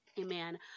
Amen